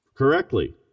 Correctly